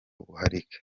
ubuharike